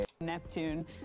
Neptune